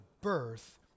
birth